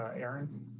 ah aaron